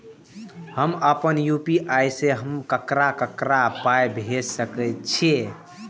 हम आपन यू.पी.आई से हम ककरा ककरा पाय भेज सकै छीयै?